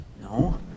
No